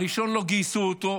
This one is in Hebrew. הראשון, לא גייסו אותו.